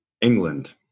England